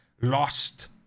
lost